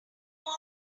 more